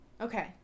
Okay